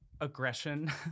aggression